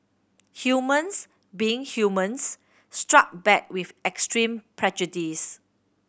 humans being humans struck back with extreme prejudice